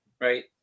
right